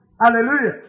Hallelujah